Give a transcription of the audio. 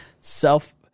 self